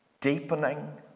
deepening